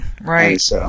right